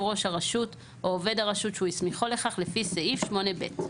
ראש הרשות או עובד הרשות שהוא הסמיכו לכך לפי סעיף 8(ב).